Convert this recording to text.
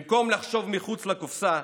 במקום לחשוב מחוץ לקופסה,